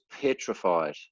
petrified